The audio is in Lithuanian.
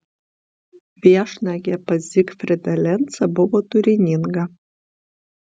viešnagė pas zygfrydą lencą buvo turininga